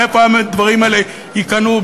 איפה הדברים האלה ייקנו?